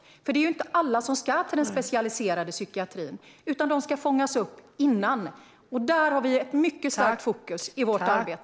Det är nämligen inte alla som ska till den specialiserade psykiatrin, utan de ska fångas upp tidigare. Där har vi ett mycket starkt fokus i vårt arbete.